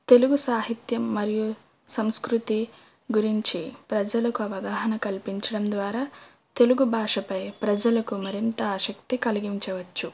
తెలుగు సాహిత్యం మరియు సంస్కృతి గురించి ప్రజలకు అవగాహన కల్పించడం ద్వారా తెలుగు భాషపై ప్రజలకు మరింత ఆసక్తి కలిగించవచ్చు